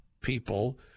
people